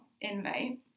invite